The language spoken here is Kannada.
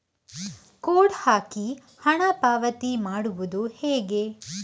ಕೋಡ್ ಹಾಕಿ ಹಣ ಪಾವತಿ ಮಾಡೋದು ಹೇಗೆ?